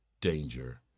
danger